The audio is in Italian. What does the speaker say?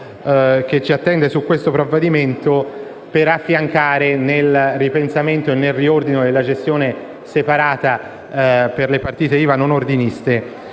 che ci attende su questo provvedimento per affiancare, nel ripensamento e nel riordino della gestione separata per le partite IVA non ordiniste,